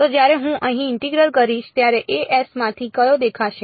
તો જ્યારે હું અહીં ઇન્ટિગરલ કરીશ ત્યારે s માંથી કયો દેખાશે